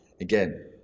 again